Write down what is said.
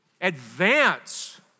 advance